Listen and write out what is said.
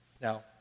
Now